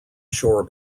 shore